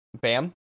Bam